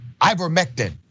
ivermectin